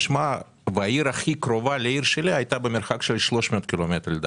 והעיר הכי קרובה לעיר שלי היתה במרחק 350-300 ק"מ.